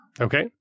Okay